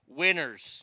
winners